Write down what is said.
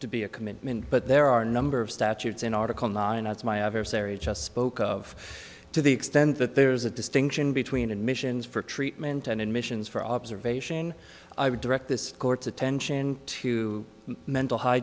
to be a commitment but there are a number of statutes in article non as my adversary just spoke of to the extent that there is a distinction between admissions for treatment and admissions for observation i would direct this court's attention to mental h